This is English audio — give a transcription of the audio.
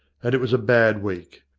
and it was a bad week.